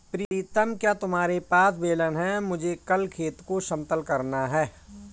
प्रीतम क्या तुम्हारे पास बेलन है मुझे कल खेत को समतल करना है?